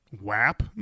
WAP